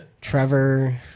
Trevor